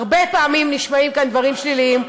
הרבה פעמים נשמעים כאן דברים שליליים,